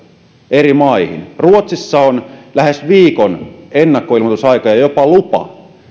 eri maihin ruotsissa on lähes viikon ennakkoilmoitusaika ja jopa lupa